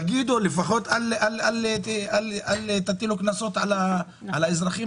תגידו ולפחות אל תטילו קנסות על האזרחים,